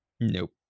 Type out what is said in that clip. nope